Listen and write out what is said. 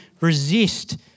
resist